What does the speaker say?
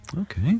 Okay